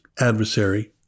adversary